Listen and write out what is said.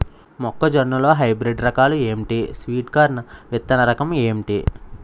మొక్క జొన్న లో హైబ్రిడ్ రకాలు ఎంటి? స్వీట్ కార్న్ విత్తన రకం ఏంటి?